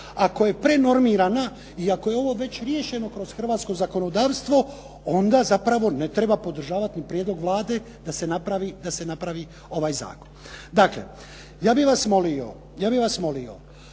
ako je prenormirana i ak je ovo već riješeno kroz hrvatsko zakonodavstvo onda zapravo ne treba podržavati ni pregled Vlade da se napravi, da se napravi ovaj zakon. Dakle, ja bih vas molio, ja bih vas molio